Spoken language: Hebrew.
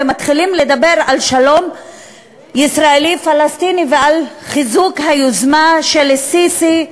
ומתחילים לדבר על שלום ישראלי פלסטיני ועל חיזוק היוזמה של א-סיסי,